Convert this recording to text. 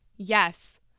Yes